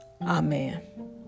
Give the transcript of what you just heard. Amen